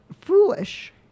Foolish